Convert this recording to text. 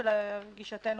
שלגישתנו